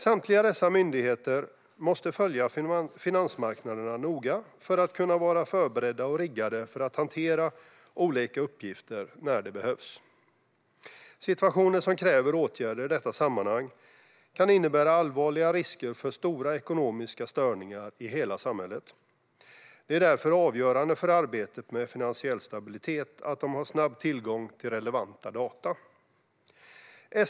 Samtliga dessa myndigheter måste följa finansmarknaderna noga för att kunna vara förberedda och riggade att hantera olika uppgifter när det behövs. Situationer som kräver åtgärder i detta sammanhang kan innebära allvarliga risker för stora ekonomiska störningar i hela samhället. Det är därför avgörande för arbetet med finansiell stabilitet att de har snabb tillgång till relevanta data.